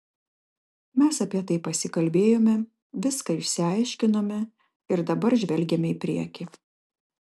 mes apie tai pasikalbėjome viską išsiaiškinome ir dabar žvelgiame į priekį